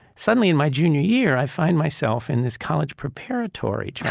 suddenly in my junior year, i find myself in this college preparatory track,